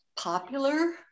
popular